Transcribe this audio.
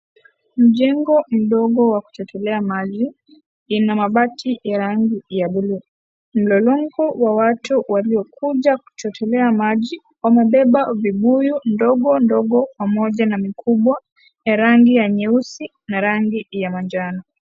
Ni jengo ndogo la kuchotelea maji ina mabati ya rangi ya bluu, mlolongo wa watu waliokuja kutumia maji wamebeba vibuyu ndogondogo pamoja na mikubwa ya rangi ya nyeusi na rangi ya manjano.